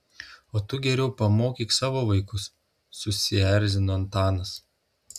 o tu geriau pamokyk savo vaikus susierzino antanas